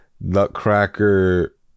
Nutcracker